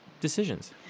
decisions